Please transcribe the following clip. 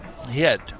hit